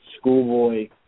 Schoolboy